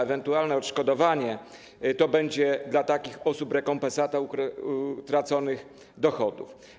Ewentualne odszkodowanie będzie dla takich osób rekompensatą utraconych dochodów.